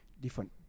different